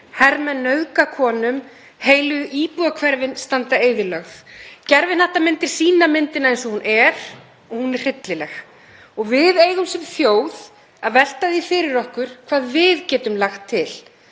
hermenn nauðga konum, heilu íbúahverfin standa eyðilögð. Gervihnattamyndir sýna myndina eins og hún er og hún er hryllileg. Við eigum sem þjóð að velta því fyrir okkur hvað við getum lagt til.